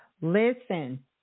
Listen